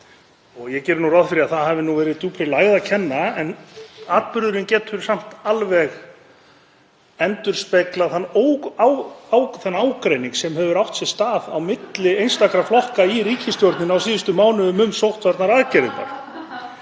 Ég geri nú ráð fyrir að það hafi verið djúpri lægð að kenna en atburðurinn getur samt alveg endurspeglað þann ágreining sem hefur átt sér stað á milli einstakra flokka í ríkisstjórninni á síðustu mánuðum um sóttvarnaaðgerðirnar.